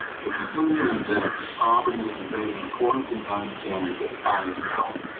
the conclusion was that the property was approved in accordance with zoning standards at the time of